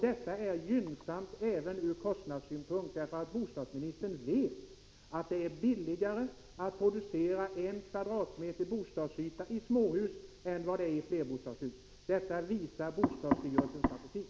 Detta är gynnsamt även ur kostnadssynpunkt — bostadsministern vet också att det är billigare att producera en kvadratmeter bostadsyta i småhus än i flerbostadshus. Detta visar bostadsstyrelsens statistik.